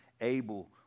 Abel